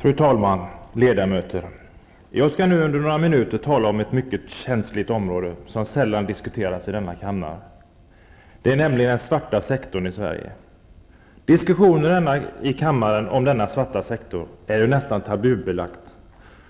Fru talman! Ledamöter! Jag skall nu under några minuter tala om ett mycket känsligt område, som sällan diskuteras i denna kammare, nämligen den svarta sektorn i Sverige. Diskussioner i kammaren om denna svarta sektor är ju nästan tabubelagda,